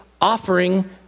offering